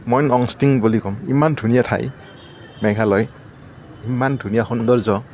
মই নংষ্টিং বুলি ক'ম ইমান ধুনীয়া ঠাই মেঘালয় ইমান ধুনীয়া সৌন্দৰ্য